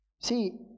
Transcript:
See